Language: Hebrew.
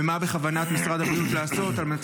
ומה בכוונת משרד הבריאות לעשות על מנת